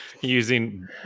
using